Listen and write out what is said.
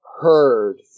heard